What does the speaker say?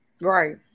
right